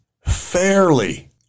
fairly